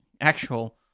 actual